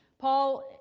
Paul